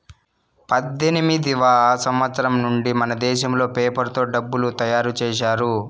పద్దెనిమిదివ సంవచ్చరం నుండి మనదేశంలో పేపర్ తో డబ్బులు తయారు చేశారు